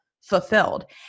fulfilled